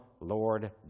Lord